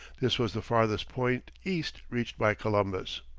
this was the farthest point east reached by columbus.